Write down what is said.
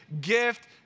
gift